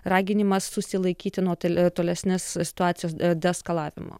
raginimas susilaikyti nuo tele tolesnes situacijos deeskalavimo